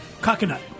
Coconut